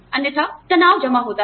अन्यथा तनाव जमा होता है